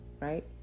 right